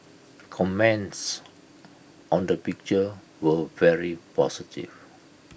comments on the picture were very positive